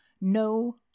no